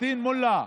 פטין מולא,